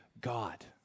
God